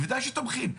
בוודאי שתומכים.